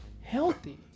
healthy